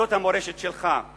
וזאת המורשת שלך: